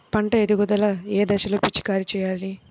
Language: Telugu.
పంట ఎదుగుదల ఏ దశలో పిచికారీ చేయాలి?